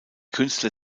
künstler